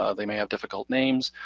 ah they may have difficult names,